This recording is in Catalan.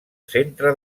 centre